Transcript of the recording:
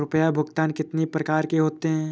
रुपया भुगतान कितनी प्रकार के होते हैं?